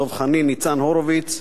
דב חנין וניצן הורוביץ,